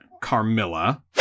Carmilla